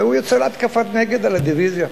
והוא יצא להתקפת נגד על הדיביזיה.